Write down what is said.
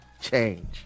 Change